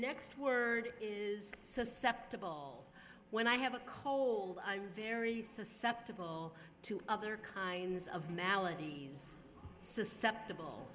next word is susceptible when i have a cold i'm very susceptible to other kinds of maladies susceptible